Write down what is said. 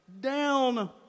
down